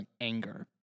anger